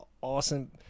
awesome